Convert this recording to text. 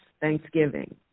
Thanksgiving